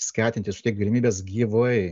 skatinti suteikt galimybes gyvai